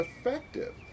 effective